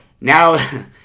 now